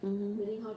mmhmm